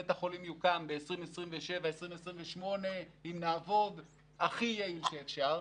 בית החולים יוקם ב-2027 2028 אם נעבוד הכי יעיל שאפשר.